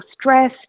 stress